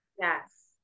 Yes